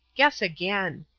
guess again.